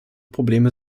probleme